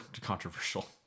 controversial